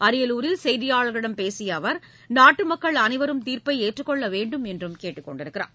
அரியலூரில் செய்தியாளர்களிடம் பேசிய அவர் நாட்டு மக்கள் அனைவரும் தீர்ப்பை ஏற்றுக்கொள்ள வேண்டும் என்றும் கேட்டுக்கொண்டுள்ளார்